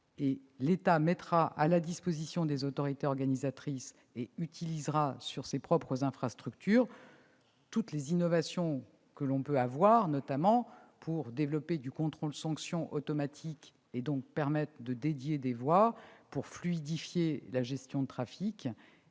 L'État mettra à la disposition des autorités organisatrices et utilisera sur ses propres infrastructures toutes les innovations possibles, notamment pour développer le contrôle sanction automatisé, dédier des voies pour fluidifier la gestion du trafic